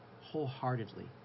wholeheartedly